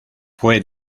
fue